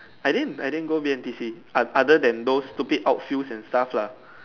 I didn't I didn't go B_M_T_C o~ other than those stupid outfields and stuff lah